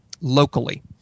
locally